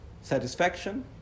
satisfaction